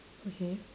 okay